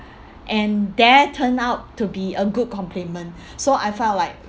and there turned out to be a good compliment so I felt like